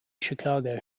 chicago